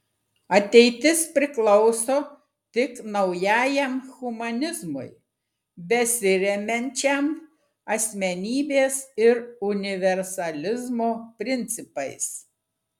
ateitis priklauso tik naujajam humanizmui besiremiančiam asmenybės ir universalizmo principais